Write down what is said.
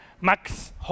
Max